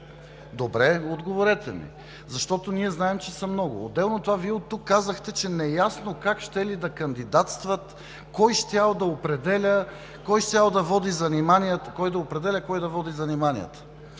Добре, отговорете ми, защото ние знаем, че са много. Отделно от това Вие оттук казахте, че неясно как щели да кандидатстват. Кой щял да определя? Кой щял да води заниманията?